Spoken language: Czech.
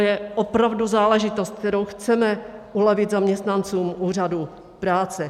To je opravdu záležitost, kterou chceme ulevit zaměstnancům úřadů práce.